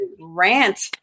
rant